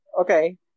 okay